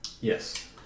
Yes